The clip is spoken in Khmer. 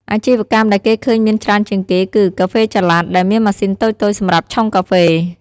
អាជីវកម្មដែលគេឃើញមានច្រើនជាងគេគឺ កាហ្វេចល័ត ដែលមានម៉ាស៊ីនតូចៗសម្រាប់ឆុងកាហ្វេ។